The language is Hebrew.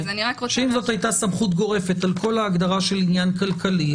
אם זו הייתה סמכות גורפת על כל ההגדרה של עניין כלכלי,